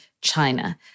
China